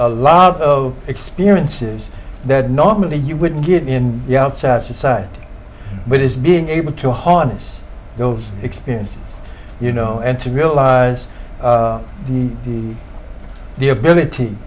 a lot of experiences that normally you wouldn't get in the outside side but it's being able to harness those experiences you know and to realize the the the ability